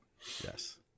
Yes